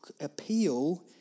appeal